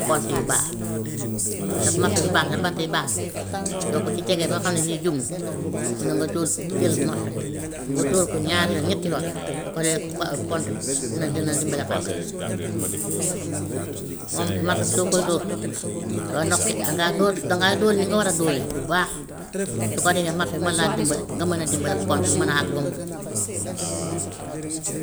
Pont yu baax te marto bi baax na bant yi baax na soo ko si tegee ba nga xam ne lii jub na mun nga dóor jël marto bi nga dóor ko ñaari yoon ñetti yoon, su ko dee po- pont bi dina dina dimbale xànk bi. Moom marto bi soo koy dóor, doo noqqi dangay dóor dangay dóor ni nga war a dóoree bu baax su ko defee marto bi mën laa dimbale nga mën a dimbale pont bi mën a àgg fa mu buggu.